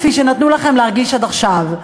כפי שנתנו לכם להרגיש עד עכשיו.